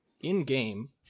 in-game